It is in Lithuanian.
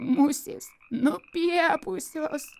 musės nupiepusios